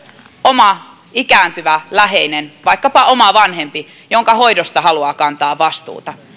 oma ikääntyvä läheinen vaikkapa oma vanhempi jonka hoidosta haluaa kantaa vastuuta